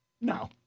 No